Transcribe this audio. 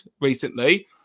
recently